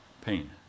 pain